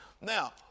Now